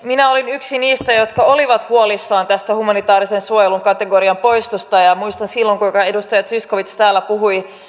minä olen yksi niistä jotka olivat huolissaan tästä humanitaarisen suojelun kategorian poistosta muistan kuinka silloin edustaja zyskowicz täällä puhui